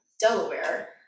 Delaware